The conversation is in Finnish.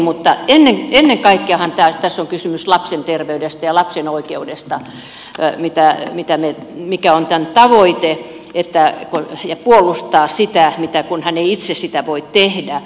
mutta ennen kaikkeahan tässä on kysymys lapsen terveydestä ja lapsen oikeudesta mikä on tämän tavoite puolustaa sitä kun hän ei itse sitä voi tehdä